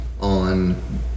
on